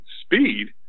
speed